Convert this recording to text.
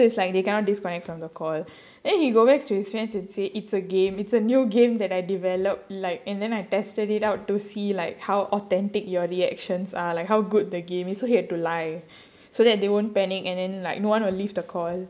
so it's like they cannot disconnect from the call then he go back to his friends and say it's a game it's a new game that I developed like and then I tested it out to see like how authentic your reactions are like how good the game is so he had to lie so that they won't panic and then like no one will leave the call